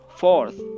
fourth